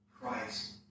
Christ